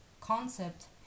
concept